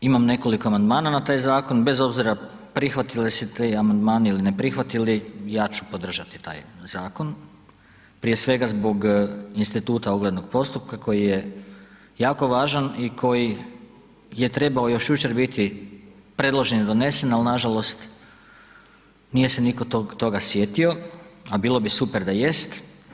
Imam nekoliko amandmana na taj zakon, bez obzira prihvatili se ti amandmani ili ne prihvatili, ja ću podržati taj zakon, prije svega zbog instituta oglednog postupka koji je jako važan i koji je trebao još jučer biti predložen i donesen, al nažalost nije se nitko toga sjetio, a bilo bi super da jest.